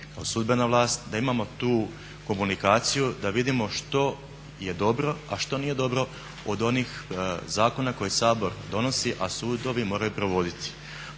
da imamo tu komunikaciju da vidimo što je dobro, a što nije dobro od onih zakona koje Sabor donosi a sudovi moraju provoditi.